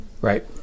Right